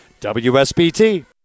WSBT